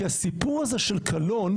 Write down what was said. כי הסיפור הזה של קלון,